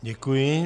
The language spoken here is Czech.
Děkuji.